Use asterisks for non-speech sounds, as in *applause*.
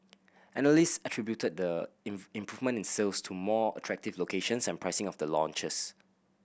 analyst attributed the *unintelligible* improvement in sales to more attractive locations and pricing of the launches